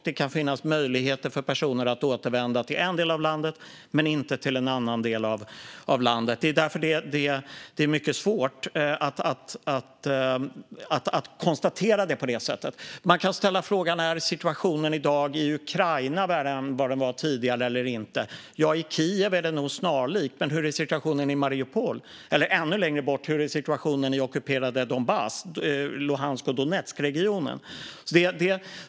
Det kan finna möjligheter för personer att återvända till en del av landet men inte till en annan del av landet. Det är därför som det är mycket svårt att konstatera det på det sättet. Man kan ställa frågan: Är situationen i dag i Ukraina värre än vad den var tidigare eller inte? I Kiev är det nog snarlikt. Men hur är situationen i Mariupol, eller ännu längre bort i ockuperade Donbass, Luhansk och Donetskregionen?